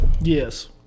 Yes